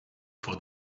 for